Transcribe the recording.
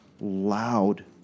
loud